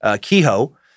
Kehoe